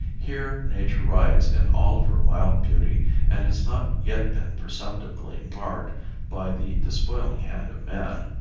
here nature riots in all of her wild beauty and has not yet been perceptibly marred by the despoiling hand of man.